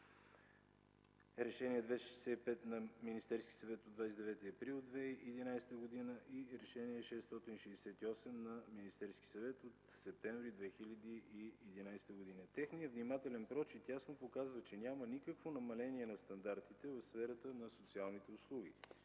Решение № 265 на Министерския съвет от 29 април 2011 г. и Решение № 668 на Министерския съвет от месец септември 2011 г. Техният внимателен прочит ясно показва, че няма никакво намаление на стандартите в сферата на социалните услуги